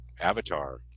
Avatar